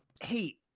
hey